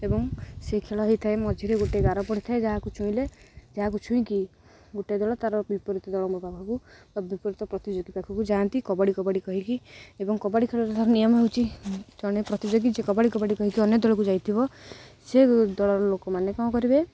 ଏବଂ ସେ ଖେଳ ହେଇଥାଏ ମଝିରେ ଗୋଟେ ଗାର ପଡ଼ିଥାଏ ଯାହାକୁ ଛୁଇଁଲେ ଯାହାକୁ ଛୁଇଁକି ଗୋଟେ ଦଳ ତା'ର ବିପରୀତ ଦଳ ମୋ ପାଖକୁ ବା ବିପରୀତ ପ୍ରତିଯୋଗୀ ପାଖକୁ ଯାଆନ୍ତି କବାଡ଼ି କବାଡ଼ି କହିକି ଏବଂ କବାଡ଼ି ଖେଳର ତା'ର ନିୟମ ହେଉଛି ଜଣେ ପ୍ରତିଯୋଗୀ ଯିଏ କବାଡ଼ି କବାଡ଼ି କହିକି ଅନ୍ୟ ଦଳକୁ ଯାଇଥିବ ସେ ଦଳର ଲୋକମାନେ କ'ଣ କରିବେ